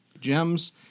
gems